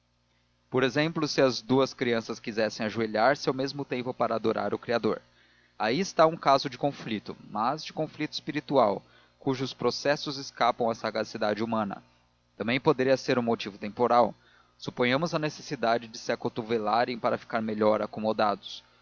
por exemplo se as duas crianças quiserem ajoelhar-se ao mesmo tempo para adorar o criador aí está um caso de conflito mas de conflito espiritual cujos processos escapam à sagacidade humana também poderia ser um motivo temporal suponhamos a necessidade de se acotovelarem para ficar melhor acomodados